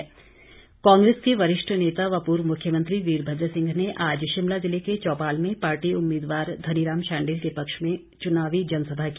कांग्रेस प्रचार कांग्रेस के वरिष्ठ नेता व पूर्व मुख्यमंत्री वीरभद्र सिंह ने आज शिमला जिले के चौपाल में पार्टी उम्मीदवार धनीराम शांडिल के पक्ष में चुनावी जनसभा की